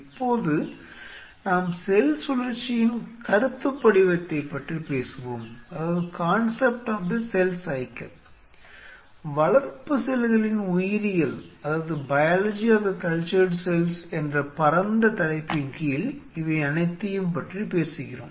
இப்போது நாம் செல் சுழற்சியின் கருத்துப்படிவத்தைப் பற்றி பேசுவோம் வளர்ப்பு செல்களின் உயிரியல் என்ற பரந்த தலைப்பின் கீழ் இவையனைத்தையும் பற்றி பேசுகிறோம்